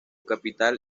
capital